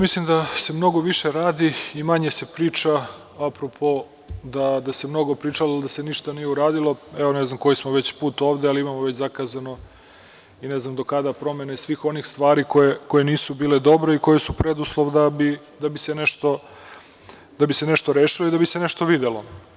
Mislim da se mnogo više radi i manje se priča apropo da se mnogo pričalo i da se ništa nije uradilo, evo, ne znam koji smo već put ovde, ali imamo već zakazano i ne znam do kada promene svih onih stvari koje nisu bile dobre i koje su preduslov da bi se nešto rešilo i da bi se nešto videlo.